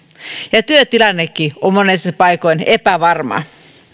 ja työtilannekin on monissa paikoin epävarma